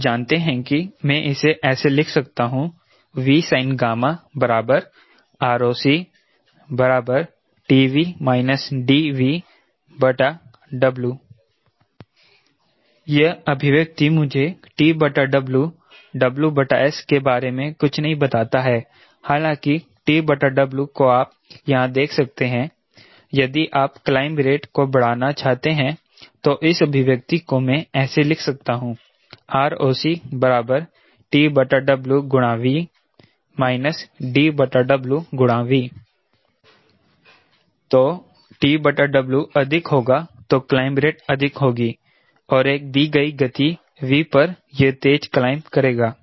हम जानते हैं कि मैं इसे ऐसे लिख सकता हूं Vsin ROC TV DVW यह अभिव्यक्ति मुझे TW WS के बारे में कुछ नहीं बताता है हालांकि TW को आप यहां देख सकते हैं यदि आप क्लाइंब रेट को बढ़ाना चाहते हैं तो इस अभिव्यक्ति को मैं ऐसे लिख सकता हूं ROC TWV DWV तो TW अधिक होगा तो क्लाइंब रेट अधिक होगी और एक दी गई गति V पर यह तेज़ क्लाइंब करेगा